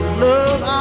love